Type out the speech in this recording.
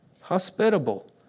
hospitable